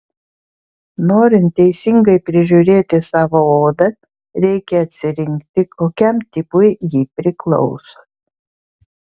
norint teisingai prižiūrėti savo odą reikia atsirinkti kokiam tipui ji priklauso